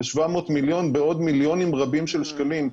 700,000,000 ₪ בעוד מיליונים רבים של שקלים.